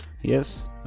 yes